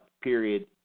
period